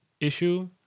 issue